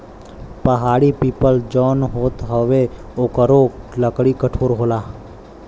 पहाड़ी पीपल जौन होत हउवे ओकरो लकड़ी कठोर होला